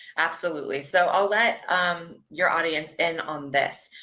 absolutely. so i'll let um your audience in on this.